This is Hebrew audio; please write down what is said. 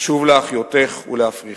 נשוב להחיותך ולהפריחך".